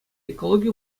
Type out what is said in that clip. экологи